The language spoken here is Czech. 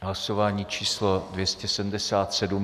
Hlasování číslo 277.